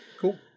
Cool